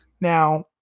Now